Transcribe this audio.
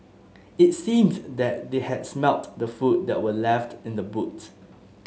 it seemed that they had smelt the food that were left in the boot